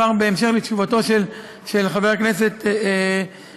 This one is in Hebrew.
כבר בהמשך שאלתו של חבר הכנסת גליק,